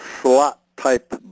slot-type